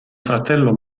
fratello